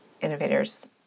innovators